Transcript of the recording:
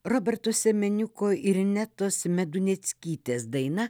roberto semeniuko ir netos meduneckytės daina